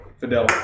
Fidel